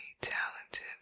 talented